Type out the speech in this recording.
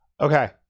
Okay